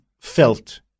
felt